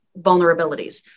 vulnerabilities